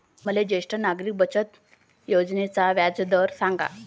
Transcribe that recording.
मले ज्येष्ठ नागरिक बचत योजनेचा व्याजदर सांगा